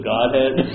Godhead